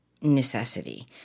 necessity